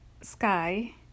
sky